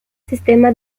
sistema